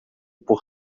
por